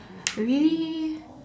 really